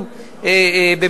להוציא את העיר ירושלים,